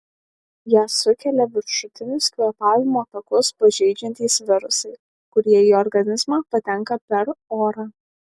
ją sukelia viršutinius kvėpavimo takus pažeidžiantys virusai kurie į organizmą patenka per orą